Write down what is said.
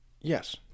yes